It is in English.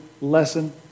lesson